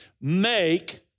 Make